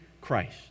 Christ